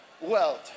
world